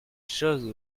choses